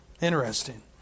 Interesting